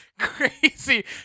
Crazy